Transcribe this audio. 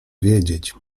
wiedzieć